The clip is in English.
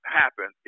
happen